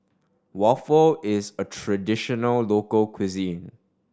waffle is a traditional local cuisine